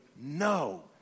no